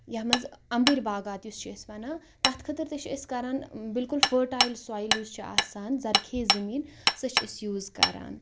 یتھ منٛز امبٕرۍ باغات یُس چھِ أسۍ وَنان تتھ خٲطرٕ تہِ چھِ أسۍ کَران بِلکُل فٲٹایل سۄیل یُس چھُ آسان ذرخیز زٔمیٖن سۄ چھِ أسۍ یوٗز کَران